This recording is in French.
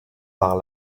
par